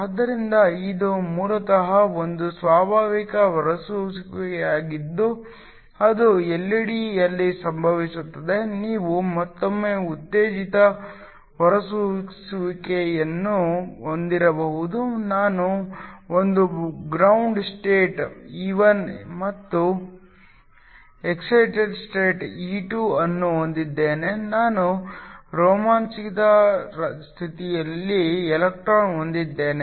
ಆದ್ದರಿಂದ ಇದು ಮೂಲತಃ ಒಂದು ಸ್ವಾಭಾವಿಕ ಹೊರಸೂಸುವಿಕೆಯಾಗಿದ್ದು ಅದು ಎಲ್ಇಡಿ ಯಲ್ಲಿ ಸಂಭವಿಸುತ್ತದೆ ನೀವು ಮತ್ತೊಮ್ಮೆ ಉತ್ತೇಜಿತ ಹೊರಸೂಸುವಿಕೆಯನ್ನು ಹೊಂದಿರಬಹುದು ನಾನು ಒಂದು ಗ್ರೌಂಡ್ ಸ್ಟೇಟ್ E1 ಮತ್ತು ಎಕ್ಸೈಟೆಡ್ ಸ್ಟೇಟ್ E2 ಅನ್ನು ಹೊಂದಿದ್ದೇನೆ ನಾನು ರೋಮಾಂಚಿತ ಸ್ಥಿತಿಯಲ್ಲಿ ಎಲೆಕ್ಟ್ರಾನ್ ಹೊಂದಿದ್ದೇನೆ